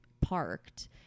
parked